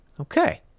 Okay